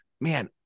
Man